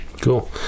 Cool